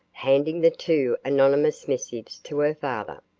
handing the two anonymous missives to her father.